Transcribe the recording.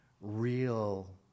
real